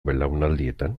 belaunaldietan